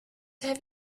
have